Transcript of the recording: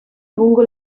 lungo